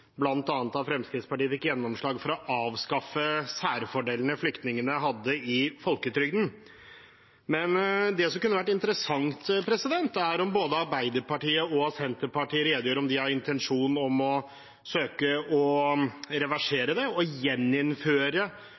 Fremskrittspartiet fikk gjennomslag for å avskaffe særfordelene flyktningene hadde i folketrygden. Det som kunne vært interessant, er om både Arbeiderpartiet og Senterpartiet redegjør for om de har intensjon om å søke å reversere det og gjeninnføre